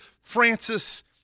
Francis